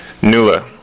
Nula